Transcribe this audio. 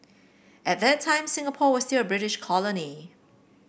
at that time Singapore was still a British colony